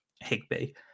Higby